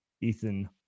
Ethan